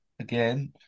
again